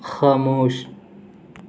خاموش